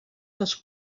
dels